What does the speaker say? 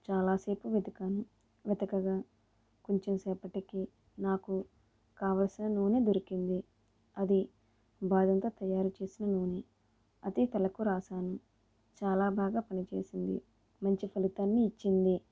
చాలాసేపు వెతికాను వెతకగా కొంచెం సేపటికి నాకు కావాల్సిన నూనె దొరికింది అది బాదంతో తయారు చేసిన నూనె అది తలకు రాసాను చాలా బాగా పనిచేసింది మంచి ఫలితాన్ని ఇచ్చింది